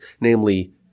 namely